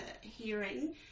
hearing